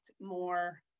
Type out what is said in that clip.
more